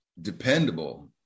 Dependable